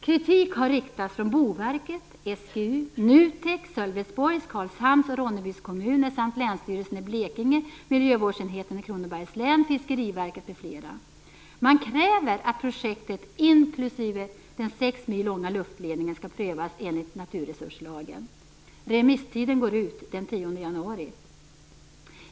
Kritik har riktats från Boverket, SGU, NUTEK, Länsstyrelsen i Blekinge, miljövårdsenheten i Kronobergs län, Fiskeriverket m.fl. De kräver att projektet, inklusive den sex mil långa luftledningen, skall prövas enligt naturresurslagen. Remisstiden går ut den 10 januari.